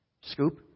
Scoop